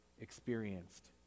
experienced